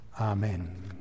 Amen